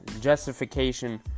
justification